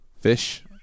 Fish